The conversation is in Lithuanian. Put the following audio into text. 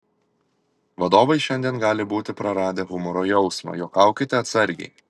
vadovai šiandien gali būti praradę humoro jausmą juokaukite atsargiai